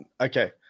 okay